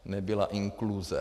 Nebyla inkluze.